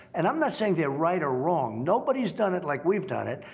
and um not saying they're right or wrong. nobody's done it like we've done it.